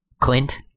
Clint